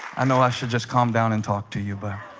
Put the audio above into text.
i know i should just calm down and talk to you but